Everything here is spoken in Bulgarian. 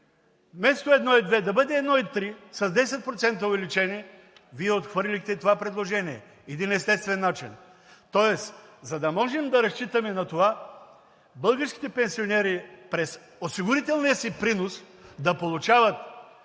вместо 1,2, да бъде 1,3, с 10% увеличение, Вие отхвърлихте това предложение? Един естествен начин! Тоест, за да можем да разчитаме на това българските пенсионери през осигурителния си принос да получават